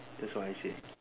that's what I said